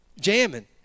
jamming